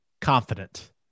confident